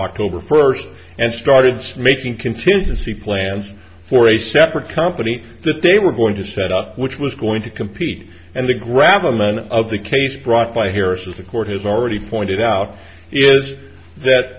october first and started smoking contingency plans for a separate company that they were going to set up which was going to compete and the gravel none of the case brought by hearsay as the court has already pointed out is that